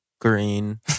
green